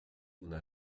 una